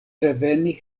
reveni